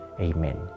Amen